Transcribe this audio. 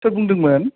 सोर बुंदोंमोन